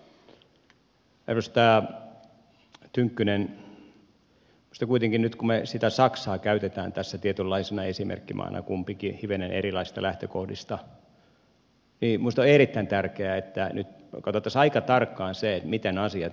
edustaja tynkkynen kun me kuitenkin sitä saksaa käytämme tässä tietynlaisena esimerkkimaana kumpikin hivenen erilaisista lähtökohdista niin minusta on erittäin tärkeää että nyt katsottaisiin aika tarkkaan se miten asiat ihan oikein ovat